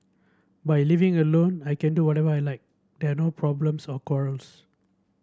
by living alone I can do whatever I like they are no problems or quarrels